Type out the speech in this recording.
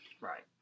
right